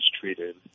treated